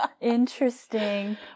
Interesting